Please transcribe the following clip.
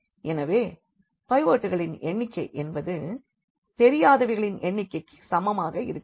எனவே பைவட்களின் எண்ணிக்கை என்பது தெரியாதவைகளின் எண்ணிக்கைக்கு சமமாக இருக்கிறது